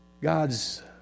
God's